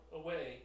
away